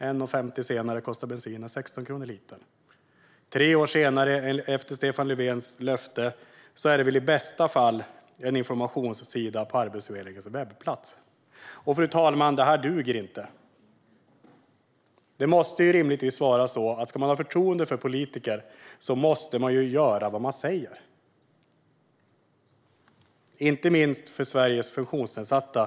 Ett och ett halvt år senare kostar bensinen 16 kronor litern. Tre år efter Stefan Löfvens löfte finns det i bästa fall en informationssida på Arbetsförmedlingens webbplats. Fru talman! Det här duger inte. Om man ska ha förtroende för politiker måste de rimligtvis göra vad de säger, inte minst för Sveriges funktionsnedsatta.